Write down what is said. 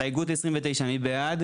הסתייגות 29, מי בעד?